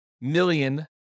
million